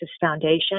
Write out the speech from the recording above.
Foundation